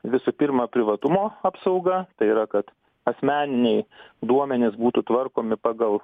visų pirma privatumo apsauga tai yra kad asmeniniai duomenys būtų tvarkomi pagal